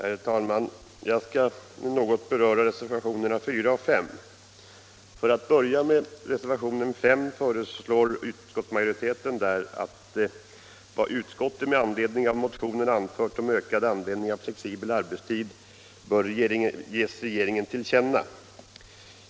Herr talman! Jag skall något beröra reservationerna 4 och 5. För att börja med reservationen 5 vill jag framhålla att utskottsmajoriteten där föreslår att vad utskottet med anledning av motionerna anfört om ökad användning av flexibel arbetstid bör ges regeringen till känna.